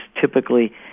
typically